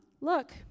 Look